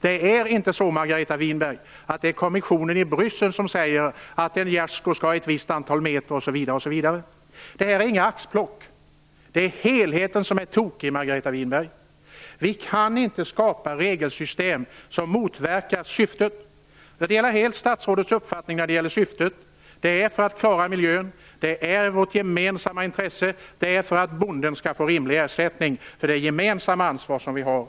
Det är inte kommissionen i Bryssel som säger att en gärdsgård skall ha ett antal meter osv. Det är inga axplock, det är helheten som är tokig, Margareta Winberg. Vi kan inte skapa regelsystem som motverkar syftet. Jag delar helt statsrådets uppfattning när det gäller syftet: det är för att klara miljön, det är vårt gemensamma intresse, det är för att bonden skall få rimlig ersättning för det gemensamma ansvar som vi har.